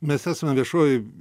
mes esam viešojoj